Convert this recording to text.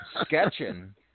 Sketching